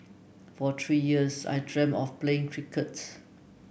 for three years I dreamed of playing cricket